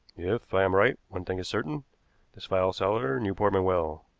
if i am right, one thing is certain this file seller knew portman well.